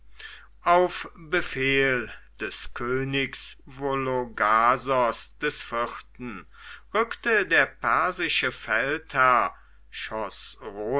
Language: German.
auf befehl des königs vologasos iv rückte der persische feldherr